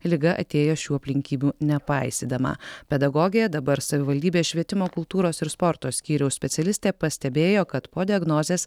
liga atėjo šių aplinkybių nepaisydama pedagogė dabar savivaldybės švietimo kultūros ir sporto skyriaus specialistė pastebėjo kad po diagnozės